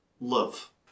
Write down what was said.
love